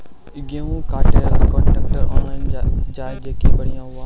गेहूँ का trailer contractor online जाए जैकी बढ़िया हुआ